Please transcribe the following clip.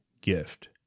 gift